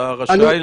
אתה רשאי